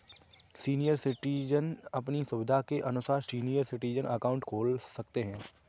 senior citizen अपनी सुविधा के अनुसार सीनियर सिटीजन अकाउंट खोल सकते है